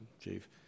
Chief